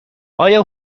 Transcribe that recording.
آیا